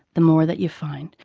the more that you find.